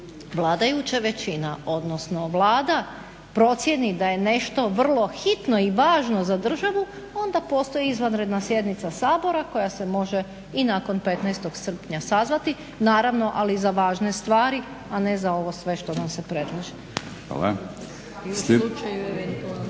vladajuća većina odnosno Vlada procijeni da je nešto vrlo hitno i važno za državu onda postoji izvanredna sjednica Sabora koja se može i nakon 15. srpnja sazvati, naravno ali za važne stvari, a ne za ovo sve što nam se predlaže. **Batinić, Milorad